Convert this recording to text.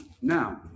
Now